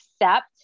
accept